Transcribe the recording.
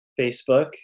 Facebook